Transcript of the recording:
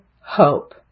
hope